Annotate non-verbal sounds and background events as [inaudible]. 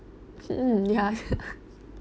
hmm ya [laughs]